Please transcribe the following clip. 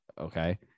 okay